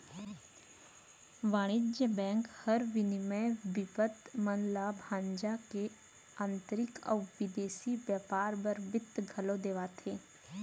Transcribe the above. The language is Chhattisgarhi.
वाणिज्य बेंक हर विनिमय बिपत मन ल भंजा के आंतरिक अउ बिदेसी बैयपार बर बित्त घलौ देवाथे